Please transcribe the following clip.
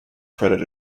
credit